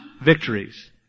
victories